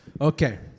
Okay